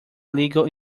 illegal